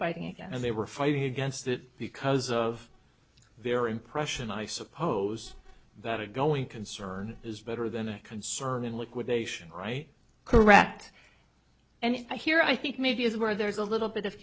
fighting and they were fighting against that because of their impression i suppose that a going concern is better than a concern in liquidation right correct and i hear i think maybe is where there's a little bit of